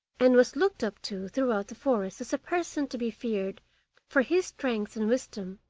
and was looked up to throughout the forest as a person to be feared for his strength and wisdom.